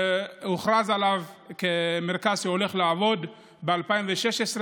והוכרז עליו כמרכז שהולך לעבוד ב-2016,